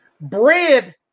bread